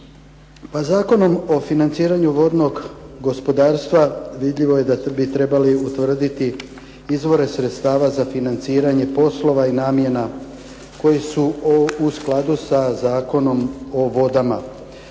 Zakonom o financiranju vodnog gospodarstva vidljivo je ... trebali utvrditi izvore sredstava za financiranje poslova i namjena koje su u skladu sa Zakonom o vodama.